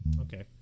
okay